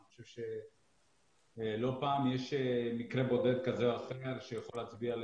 אני חושב שלא פעם יש מקרה בודד כזה או אחר שיכול להצביע על